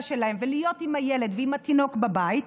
שלהן ולהיות עם הילד ועם התינוק בבית,